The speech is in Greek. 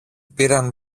πήραν